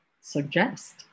suggest